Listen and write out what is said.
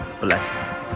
blessings